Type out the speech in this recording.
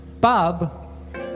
Bob